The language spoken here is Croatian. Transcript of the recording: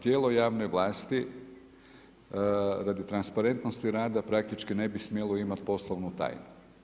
Tijelo javne vlasti radi transparentnosti rada praktički ne bi smjelo imati poslovnu tajnu.